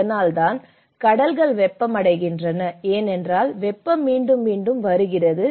இதனால்தான் கடல்கள் வெப்பமடைகின்றன ஏனென்றால் வெப்பம் மீண்டும் மீண்டும் வருகிறது